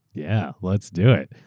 yeah, let's do it.